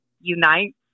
Unite